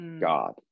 God